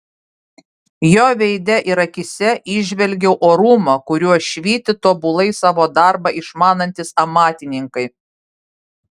jo veide ir akyse įžvelgiau orumą kuriuo švyti tobulai savo darbą išmanantys amatininkai